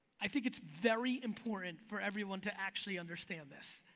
i think it's very important for everyone to actually understand this.